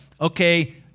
okay